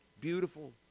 beautiful